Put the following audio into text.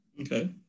Okay